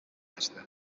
açtı